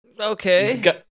Okay